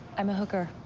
i'm a hooker.